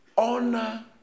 Honor